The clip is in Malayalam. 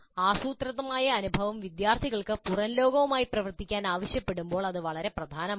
ആസൂത്രിതമായ അനുഭവം വിദ്യാർത്ഥികൾക്ക് പുറം ലോകവുമായി പ്രവർത്തിക്കാൻ ആവശ്യപ്പെടുമ്പോൾ ഇത് വളരെ പ്രധാനമാണ്